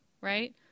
right